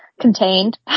Contained